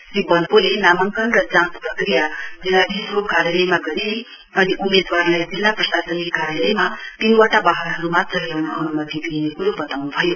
श्री वन्पोले नामाङकन र जाँच प्रक्रिया जिल्लाधीशको कार्यालयमा गरिने अनि उम्मेदवारलाई जिल्ला प्रशासनिक कार्यालयमा तीनवटा वाहनहरू मात्र ल्याउन अनुमति दिइने कुरो बताउनु भयो